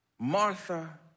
martha